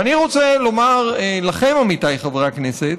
ואני רוצה לומר לכם, עמיתיי חברי הכנסת,